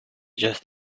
just